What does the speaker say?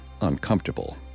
uncomfortable